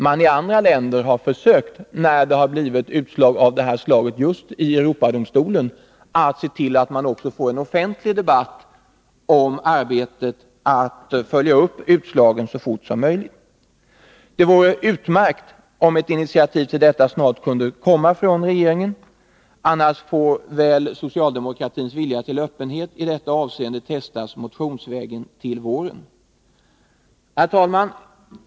I andra länder har man — när det blivit utslag av det här slaget just i Europadomstolen — försökt se till att så fort som möjligt få en offentlig debatt om arbetet att följa upp utslagen. Det vore utmärkt om ett initiativ till detta snart kunde komma från Nr 20 regeringen. Annars får väl socialdemokratins vilja till öppenhet i detta Fredagen den avseende testas motionsvägen till våren. 29 oktober 1982 Herr talman!